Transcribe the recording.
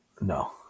No